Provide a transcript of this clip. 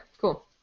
cool